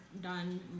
done